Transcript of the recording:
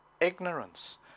ignorance